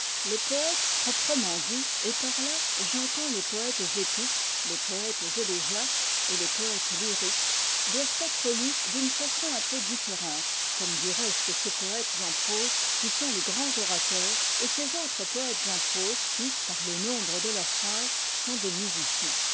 les poètes proprement dits et par là j'entends les poètes épiques les poètes élégiaques et les poètes lyriques doivent être lus d'une façon un peu différente comme du reste ces poètes en prose qui sont les grands orateurs et ces autres poètes en prose qui par le nombre de leur phrase sont des musiciens